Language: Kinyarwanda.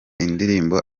indirimbo